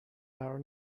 قرار